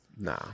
Nah